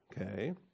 okay